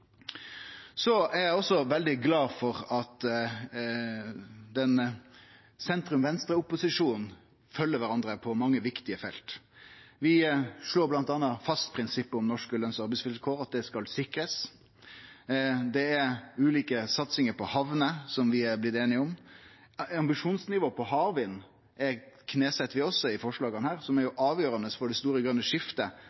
Så er eg veldig glad for at sentrum–venstre-opposisjonen følgjer kvarandre på mange viktige felt. Vi slår bl.a. fast prinsippet om norske løns- og arbeidsvilkår, at det skal sikrast. Det er ulike satsingar på hamner som vi er vortne einige om. Ambisjonsnivået på havvind kneset vi også i forslaga, noko som er